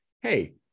hey